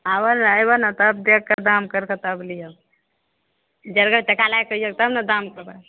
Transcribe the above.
आबह ने अयबह ने तब देखि कऽ दाम करि कऽ तब लिहऽ जेरगर टाका लए कऽ अइअह तब ने दाम करबै